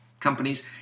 Companies